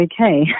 okay